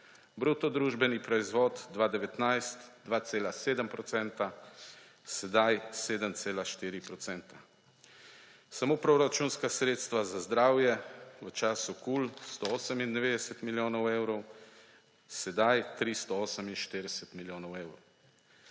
Bruto družbeni proizvod 2019 2,7 %, sedaj 7,4 %. Samo proračunska sredstva za zdravje v času KUL 198 milijonov evrov, sedaj 348 milijonov evrov.